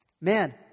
man